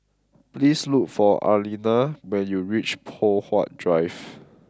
please look for Arlena when you reach Poh Huat Drive